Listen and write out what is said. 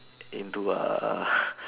into a